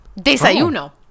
Desayuno